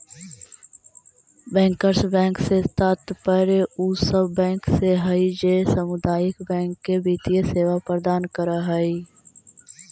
bankers bank से तात्पर्य उ सब बैंक से हइ जे सामुदायिक बैंक के वित्तीय सेवा प्रदान करऽ हइ